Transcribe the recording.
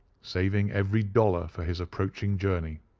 saving every dollar for his approaching journey.